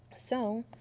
so,